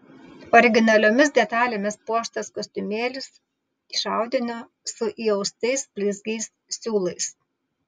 originaliomis detalėmis puoštas kostiumėlis iš audinio su įaustais blizgiais siūlais